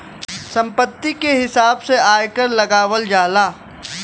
संपत्ति के हिसाब से आयकर लगावल जाला